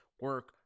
Work